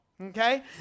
Okay